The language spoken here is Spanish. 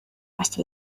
hasta